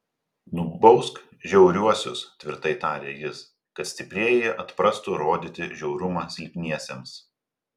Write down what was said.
nubausk žiauriuosius tvirtai tarė jis kad stiprieji atprastų rodyti žiaurumą silpniesiems